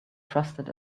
trusted